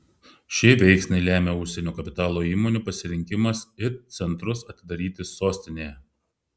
šį veiksnį lemia užsienio kapitalo įmonių pasirinkimas it centrus atidaryti sostinėje